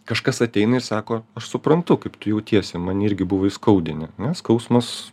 kažkas ateina ir sako aš suprantu kaip tu jautiesi mane irgi buvo įskaudinę ne skausmas